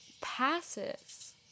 passes